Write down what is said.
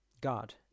God